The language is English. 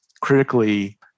critically